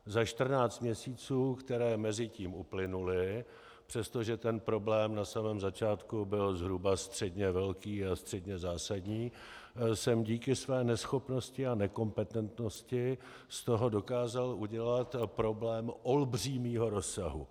Za 14 měsíců, které mezitím uplynuly, přestože ten problém na samém začátku byl zhruba středně velký a středně zásadní, jsem díky své neschopnosti a nekompetentnosti z toho dokázal udělat problém olbřímího rozsahu.